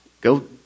Go